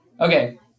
Okay